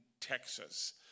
Texas